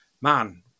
Man